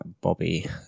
Bobby